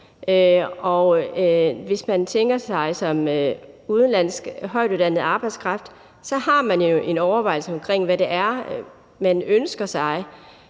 og at man som udenlandsk højtuddannet arbejdskraft også har en overvejelse omkring, hvad det er, man ønsker sig,